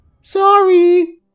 Sorry